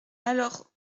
alors